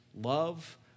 love